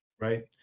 Right